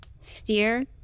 Steer